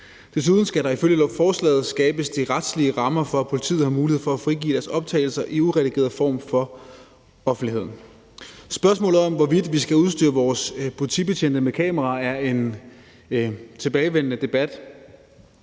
Desuden skal der ifølge forslaget skabes de retlige rammer for, at politiet har mulighed for at frigive deres optagelser i uredigeret form til offentligheden. Spørgsmålet om, hvorvidt vi skal udstyre vores politibetjente med kameraer, er en tilbagevendende debat.